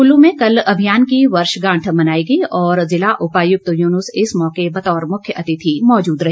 कुल्लू में कल अभियान की वर्षगांठ मनाई गई और जिला उपायुक्त युनुस इस मौके बतौर मुख्य अतिथि मौजूद रहे